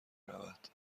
رود